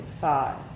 Five